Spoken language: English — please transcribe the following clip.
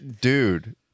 Dude